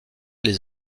les